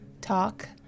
talk